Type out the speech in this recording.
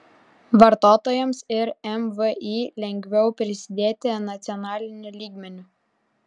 vartotojams ir mvį lengviau prisidėti nacionaliniu lygmeniu